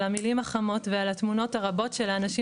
על המילים החמות ועל התמונות הרבות של האנשים